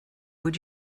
would